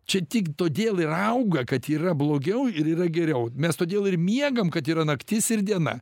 čia tik todėl ir auga kad yra blogiau ir yra geriau mes todėl ir miegam kad yra naktis ir diena